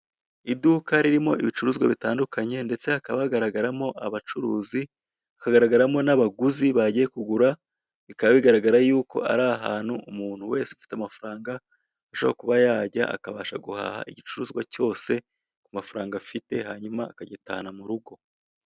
Iduka ririmo ibicuruzwa bitandukanye ndetse hakaba hagaragaramo abacuruzi, hakagaragaramo n'abaguzi bagiye kugura bikaba bigaragara yuko ari ahantu umuntu wese ufite amafaranga ashobora kuba yajya akabasha guhaha igicuruzwa cyose ku mafaranga afite hanyuma akagitahana murugo.